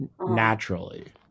naturally